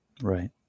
Right